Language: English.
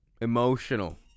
Emotional